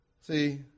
See